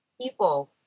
People